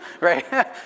right